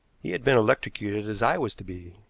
he had been electrocuted as i was to be.